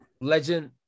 Legend